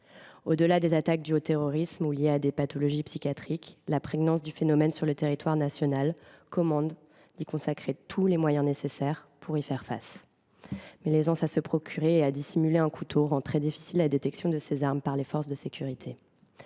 Au delà des attaques dues au terrorisme ou liées à des pathologies psychiatriques, la prégnance du phénomène sur le territoire national commande d’y consacrer tous les moyens nécessaires pour y faire face. Mais l’aisance à se procurer un couteau et à le dissimuler rend très difficile la détection de ces armes par les forces de sécurité